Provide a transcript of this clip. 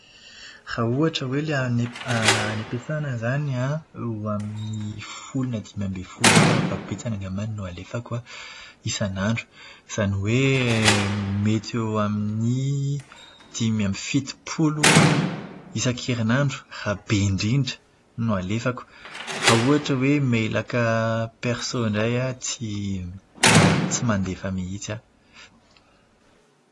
Raha ohatra hoe ilay any an- ilay any am-piasàna izany an, eo amin'ny folo na dimy ambin'ny folo eo fara-fahabetsany angamba ny alefako isanandro. Izany hoe mety eo amin'ny dimy amby fitopolo isan-kerinandro raha be indrindra no alefako. Raha ohatra hoe mailaka perso indray an, tsy tena tsy mandefa mihitsy aho.